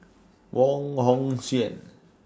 Wong Hong Suen